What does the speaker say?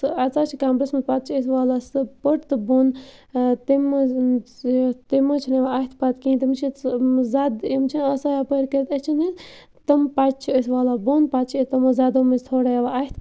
سُہ اَژان چھِ کَمرَس مَنٛز پَتہٕ چھِ أسۍ والان سُہ پٔٹ تہٕ بۄن تمہِ مَنٛز تمہِ مَنٛز چھِنہٕ یِوان اَتھہِ پَتہٕ کِہیٖنۍ تٔمِس چھِ سُہ زَدٕ یِم چھِنہٕ آسان یَپٲرۍ کٔرِتھ أچھنہٕ تِم پَچہِ چھِ أسۍ والان بۄن پَتہٕ چھِ أسۍ تِمو زَدو مٔنٛزۍ تھوڑا یِوان اَتھِ